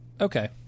okay